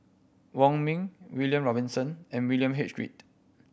Wong Ming William Robinson and William H Read